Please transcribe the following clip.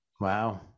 Wow